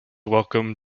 welcome